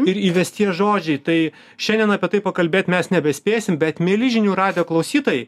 ir įvesties žodžiai tai šiandien apie tai pakalbėt mes nebespėsim bet mieli žinių radijo klausytojai